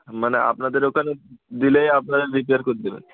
মানে আপনাদের ওখানে দিলে আপনারা রিপেয়ার করে দেবেন